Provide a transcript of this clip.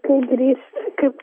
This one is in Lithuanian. kai grįš kaip